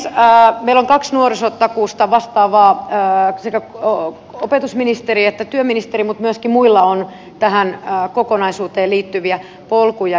meillä on kaksi nuorisotakuusta vastaavaa sekä opetusministeri että työministeri mutta myöskin muilla on tähän kokonaisuuteen liittyviä polkuja